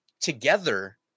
together